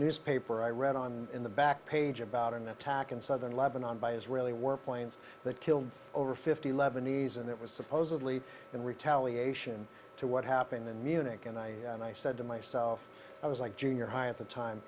newspaper i read on in the back page about in the attack in southern lebanon by israeli warplanes that killed over fifty lebanese and it was supposedly in retaliation to what happened in munich and i and i said to myself i was like junior high at the time